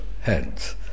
hands